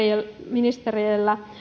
ministeriöllä